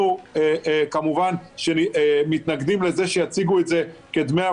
אנחנו כמובן שמתנגדים לזה שיציגו את זה כדמי אבטלה,